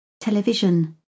Television